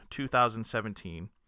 2017